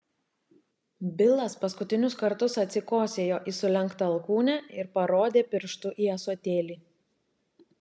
bilas paskutinius kartus atsikosėjo į sulenktą alkūnę ir parodė pirštu į ąsotėlį